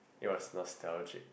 it was nostalgic